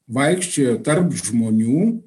vaikščiojo tarp žmonių